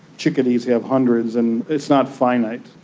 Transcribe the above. chickadees have hundreds, and it's not finite.